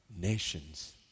nations